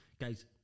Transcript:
guys